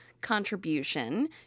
contribution